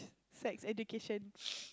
sex education